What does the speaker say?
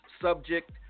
Subject